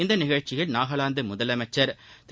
இந்த நிகழ்ச்சியில் நாகாலாந்து முதலமைச்சர் திரு